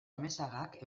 amezagak